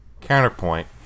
Counterpoint